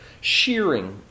Shearing